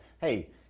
hey